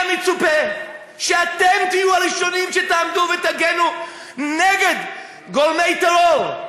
היה מצופה שאתם תהיו הראשונים שתעמדו ותדברו נגד גורמי טרור.